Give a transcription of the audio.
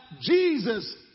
Jesus